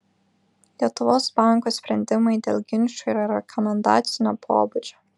lietuvos banko sprendimai dėl ginčų yra rekomendacinio pobūdžio